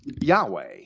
Yahweh